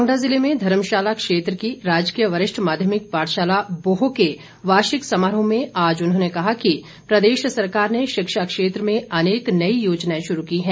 कांगड़ा जिले में धर्मशाला क्षेत्र की राजकीय वरिष्ठ माध्यमिक पाठशाला बोह के वार्षिक समारोह में आज उन्होंने कहा कि प्रदेश सरकार ने शिक्षा क्षेत्र में अनेक नई योजनाएं श्रू की है